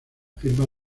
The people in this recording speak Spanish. firma